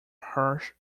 harsh